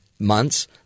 Months